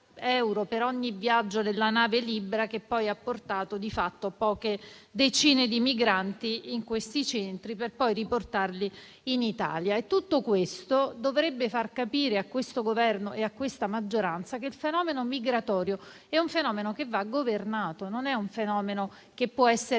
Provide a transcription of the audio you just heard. per ogni viaggio della nave Libra, che ha portato di fatto poche decine di migranti in questi centri per poi riportarli in Italia. Tutto ciò dovrebbe far capire a questo Governo e a questa maggioranza che il fenomeno migratorio va governato, ma non può essere